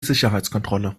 sicherheitskontrolle